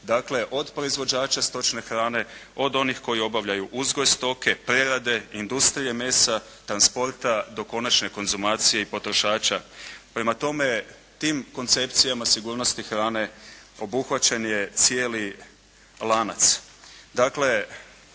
dakle od proizvođača stočne hrane, od onih koji obavljaju uzgoj stoke, prerade, industrije mesna, transporta, do konačne konzumacije i potrošača. Prema tome, tim koncepcijama sigurnosti hrane obuhvaćen je cijeli lanac.